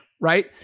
right